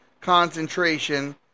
concentration